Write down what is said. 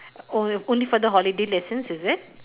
o~ only for the holiday lessons is it